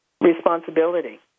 responsibility